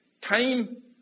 Time